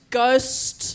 ghost